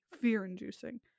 fear-inducing